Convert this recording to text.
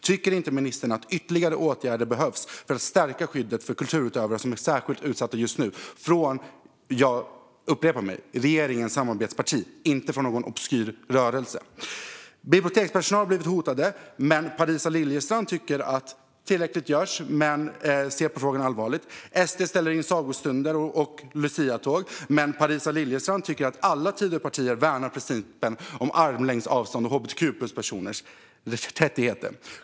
Tycker inte ministern att ytterligare åtgärder behövs för att stärka skyddet för kulturutövare som just nu är särskilt utsatta av - jag upprepar - regeringens samarbetsparti? Det handlar alltså inte om någon obskyr rörelse. Bibliotekspersonal har blivit hotade, men Parisa Liljestrand tycker att tillräckligt görs även om hon ser allvarligt på frågan. SD ställer in sagostunder och luciatåg, men Parisa Liljestrand tycker att alla Tidöpartier värnar principen om armlängds avstånd och hbtq-plus-personers rättigheter.